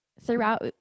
throughout